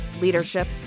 leadership